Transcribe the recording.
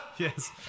Yes